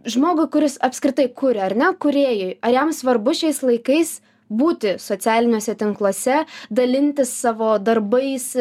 žmogui kuris apskritai kuria ar ne kūrėjui ar jam svarbu šiais laikais būti socialiniuose tinkluose dalintis savo darbais